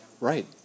Right